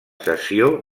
cessió